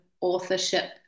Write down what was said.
authorship